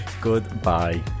Goodbye